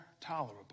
tolerable